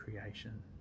creation